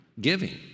giving